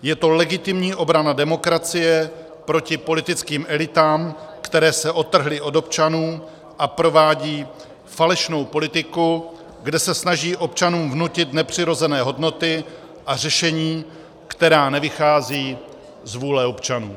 Je to legitimní obrana demokracie proti politickým elitám, které se odtrhly od občanů a provádí falešnou politiku, kde se snaží občanům vnutit nepřirozené hodnoty a řešení, která nevychází z vůle občanů.